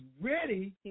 ready